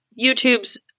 YouTube's